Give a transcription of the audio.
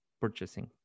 purchasing